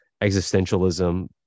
existentialism